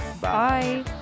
Bye